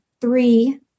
three